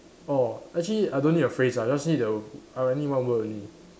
orh actually I don't need a phrase ah just need a I need one word only